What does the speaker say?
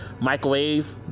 microwave